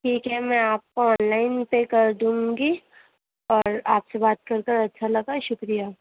ٹھیک ہے میں آپ کو آن لائن پے کر دوں گی اور آپ سے بات کر کر اچھا لگا شُکریہ